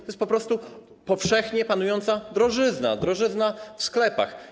To jest po prostu powszechnie panująca drożyzna, drożyzna w sklepach.